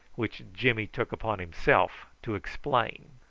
which jimmy took upon himself to explain.